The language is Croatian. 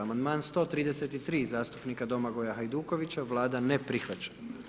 Amandman 133., zastupnika Domagoja Hajdukovića, Vlada ne prihvaća.